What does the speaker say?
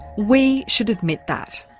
we should admit that.